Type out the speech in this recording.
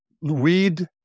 read